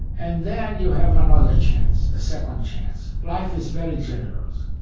and then you have another chance, a second chance. life is very generous.